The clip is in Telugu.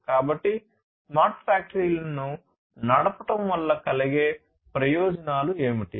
కాబట్టి స్మార్ట్ ఫ్యాక్టరీలను నడపడం వల్ల కలిగే ప్రయోజనాలు ఏమిటి